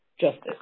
justice